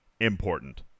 important